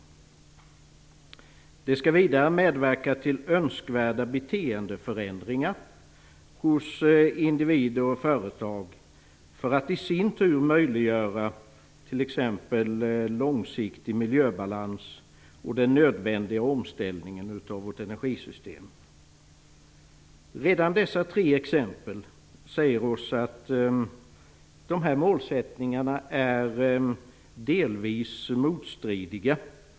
Vidare skall det medverka till önskvärda beteendeförändringar hos individer och företag för att därmed möjliggöra långsiktig miljöbalans och den nödvändiga omställningen av vårt energisystem. Redan dessa tre exempel säger oss att dessa målsättningar delvis är motstridiga.